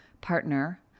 partner